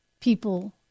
people